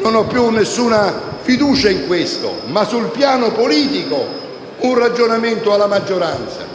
non ho più alcuna fiducia in questo - ma almeno sul piano politico, un ragionamento alla maggioranza.